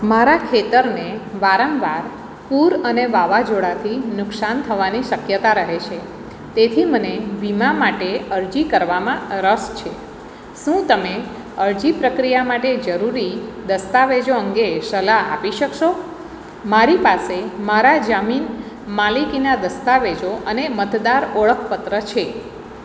મારા ખેતરને વારંવાર પૂર અને વાવાઝોડાથી નુકસાન થવાની શક્યતા રહે છે તેથી મને વીમા માટે અરજી કરવામાં રસ છે શું તમે અરજી પ્રક્રિયા માટે જરૂરી દસ્તાવેજો અંગે સલાહ આપી શકશો મારી પાસે મારા જમીન માલિકીના દસ્તાવેજો અને મતદાર ઓળખ પત્ર છે